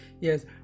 Yes